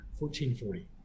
1440